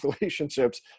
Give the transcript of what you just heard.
relationships